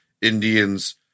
Indians